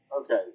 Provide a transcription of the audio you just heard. Okay